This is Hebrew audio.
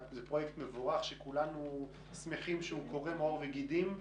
זה פרויקט מבורך שכולנו שמחים שהוא קורם עור וגידים,